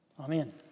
Amen